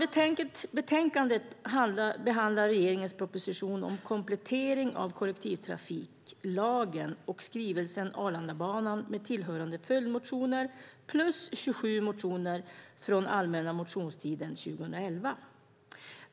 Betänkandet behandlar regeringens proposition om komplettering av kollektivtrafiklagen, skrivelsen om Arlandabanan med tillhörande följdmotioner och 27 motioner från allmänna motionstiden 2011.